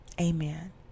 Amen